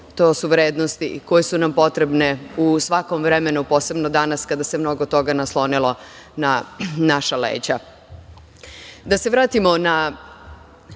To su vrednosti koje su nam potrebne u svakom vremenu, posebno danas kada se mnogo toga naslonilo na naša leđa. Da se vratimo razlog